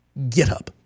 GitHub